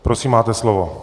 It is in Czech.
Prosím, máte slovo.